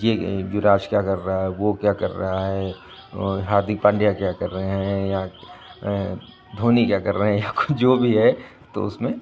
ये युवराज क्या कर रहा है वो क्या कर रहा है और हार्दिक पांड्या क्या कर रहे हैं या धोनी क्या कर रहे हैं या कोई जो भी है तो उसमें